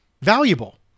valuable